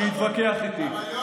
שיתווכח איתי.